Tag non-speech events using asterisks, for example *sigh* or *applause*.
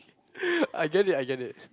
*laughs* I get it I get it